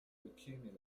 accumulate